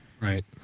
Right